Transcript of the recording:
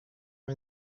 are